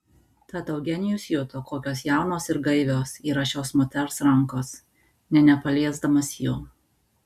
tad eugenijus juto kokios jaunos ir gaivios yra šios moters rankos nė nepaliesdamas jų